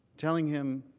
telling him